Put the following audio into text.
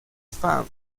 fan